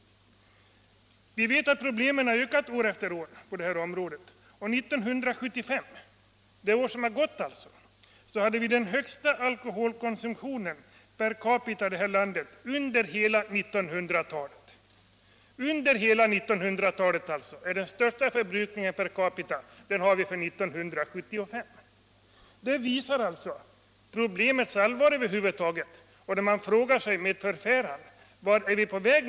Vi vet att alkoholproblemen har förvärrats år efter år. Under år 1975 hade vi den högsta alkoholkonsumtionen per capita i det här landet under hela 1900-talet. 29 Detta visar problemets allvar, och man frågar sig med förfäran, vart vi är på väg.